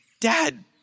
Dad